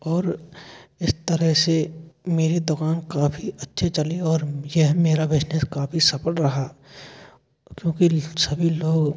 और इस तरह से मेरी दुकान काफ़ी अच्छी चली और यह मेरा बिजनेस काफ़ी सफल रहा क्योंकि सभी लोग